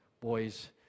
boys